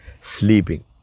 sleeping